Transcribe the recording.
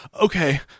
Okay